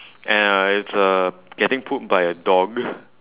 and it's uh getting pulled by a dog